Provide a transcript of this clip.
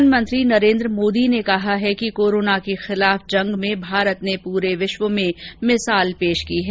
प्रधानमंत्री नरेन्द्र मोदी ने कहा है कि कोरोना के खिलाफ जंग में भारत ने पूरे विश्व में मिसाल पेश की है